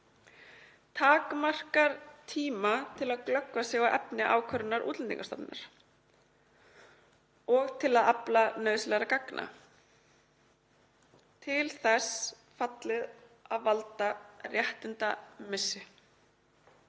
takmarkar tíma til að glöggva sig á efni ákvörðunar Útlendingastofnunar og til að afla nauðsynlegra gagna og er til þess fallið að valda réttindamissi.